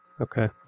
Okay